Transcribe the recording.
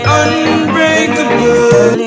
unbreakable